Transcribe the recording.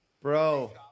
bro